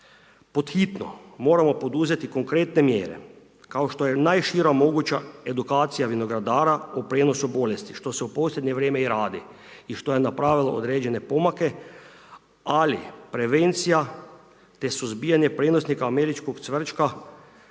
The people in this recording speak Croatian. Pod hitno moramo poduzeti konkretne mjere kao što je najšira moguća edukacija vinogradara u prenosu bolesti, što se u posljednje vrijeme i radi i što je napravilo određene pomake, ali prevencija te suzbijanje prinosnika američkog cvrčka,